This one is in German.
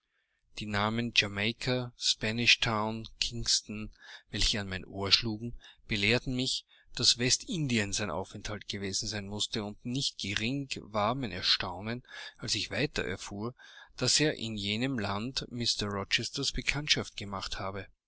die namen jamaika spanish town kingston welche an mein ohr schlugen belehrten mich daß westindien sein aufenthalt gewesen sein mußte und nicht gering war mein erstaunen als ich weiter erfuhr daß er in jenem lande mr rochesters bekanntschaft gemacht habe